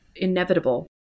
Inevitable